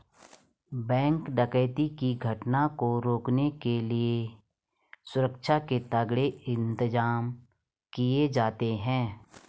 bank डकैती की घटना को रोकने के लिए सुरक्षा के तगड़े इंतजाम किए जाते हैं